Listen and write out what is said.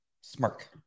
smirk